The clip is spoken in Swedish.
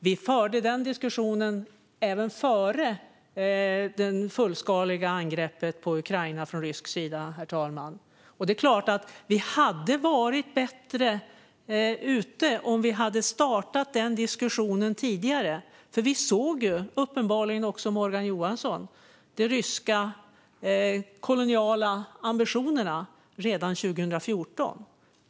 Vi förde den diskussionen även före det fullskaliga angreppet från rysk sida på Ukraina, herr talman. Det är klart att det hade varit bättre om vi hade startat den diskussionen tidigare. Vi såg ju - det gjorde uppenbarligen också Morgan Johansson - de ryska koloniala ambitionerna redan 2014.